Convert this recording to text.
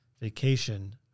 vacation